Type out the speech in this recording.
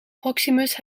proximus